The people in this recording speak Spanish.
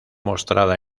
mostrada